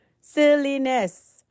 Silliness